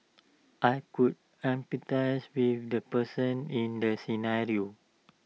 I could empathise with the person in the scenario